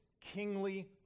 kingly